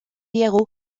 diegu